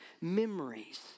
memories